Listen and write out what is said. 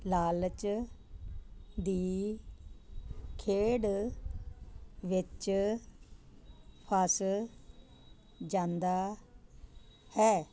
ਲਾਲਚ ਦੀ ਖੇਡ ਵਿੱਚ ਫਸ ਜਾਂਦਾ ਹੈ